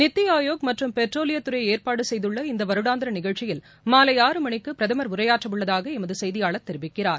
நித்தி ஆயோக் மற்றும் பெட்ரோலியத் துறை ஏற்பாடு செய்துள்ள இந்த வருடாந்திர நிகழ்ச்சியில் மாலை ஆறு மணிக்கு பிரதமர் உரையாற்ற உள்ளதாக எமது செய்தியாளர் தெரிவிக்கிறார்